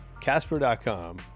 Casper.com